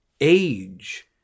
Age